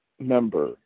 member